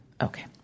Okay